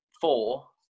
four